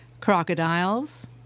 Crocodiles